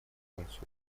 концу